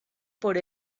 por